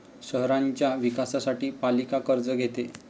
शहराच्या विकासासाठी पालिका कर्ज घेते